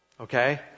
Okay